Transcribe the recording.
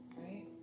right